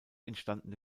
entstandene